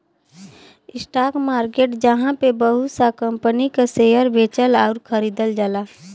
stock market जहाँ पे बहुत सा कंपनी क शेयर बेचल आउर खरीदल जाला